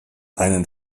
einen